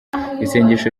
isengesho